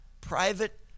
private